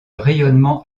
rayonnement